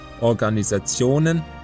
Organisationen